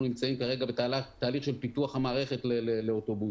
נמצאים כרגע בתהליך של פיתוח המערכת לאוטובוסים.